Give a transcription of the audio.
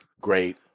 Great